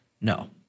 No